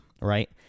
right